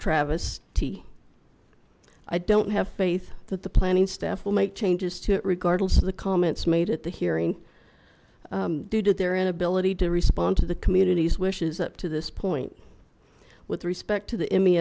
travesty i don't have faith that the planning staff will make changes to it regardless of the comments made at the hearing due to their inability to respond to the community's wishes up to this point with respect to the m